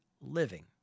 living